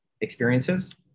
experiences